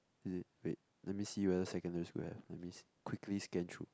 is it wait let me see whether secondary school I have let me see quickly scan through